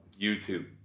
YouTube